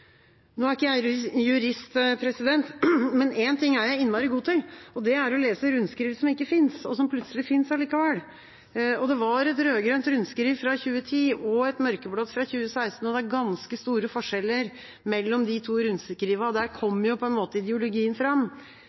Nå er ikke jeg jurist, men én ting er jeg innmari god til, og det er å lese rundskriv som ikke fins, og som plutselig fins allikevel. Det er et rød-grønt rundskriv fra 2010 og et mørkeblått fra 2016, og det er ganske store forskjeller mellom de to rundskrivene. Der kommer ideologien fram. Rundskrivet